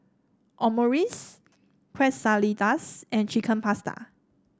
Omurice Quesadillas and Chicken Pasta